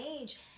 age